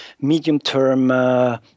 medium-term